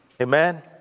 Amen